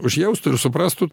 užjaustų ir suprastų